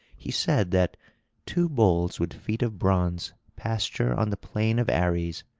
he said that two bulls with feet of bronze pasture on the plain of ares,